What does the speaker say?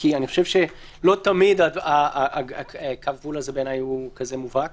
כי אני לא חושב שתמיד קו הגבול הזה כזה מובהק